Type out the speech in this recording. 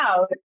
out